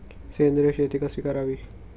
सेंद्रिय शेती कशी करावी?